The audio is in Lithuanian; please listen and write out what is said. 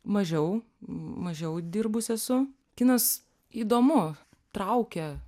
mažiau mažiau dirbus esu kinas įdomu traukia